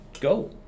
go